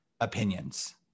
opinions